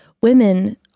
women